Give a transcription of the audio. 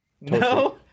No